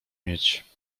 mieć